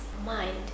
mind